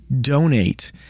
donate